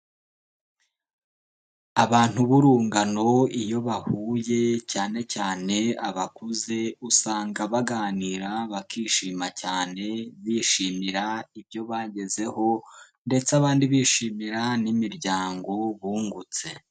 Abantu b'urungano iyo bahuye, cyane cyane abakuze, usanga baganira, bakishima cyane, bishimira ibyo bagezeho ndetse abandi bishimira n'imiryango bungutse.